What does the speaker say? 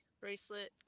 bracelet